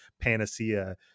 panacea